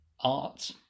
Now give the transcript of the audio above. art